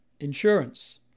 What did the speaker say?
insurance